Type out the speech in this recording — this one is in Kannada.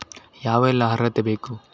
ಯಾವೆಲ್ಲ ಅರ್ಹತೆ ಬೇಕು?